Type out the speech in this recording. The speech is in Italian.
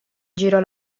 girò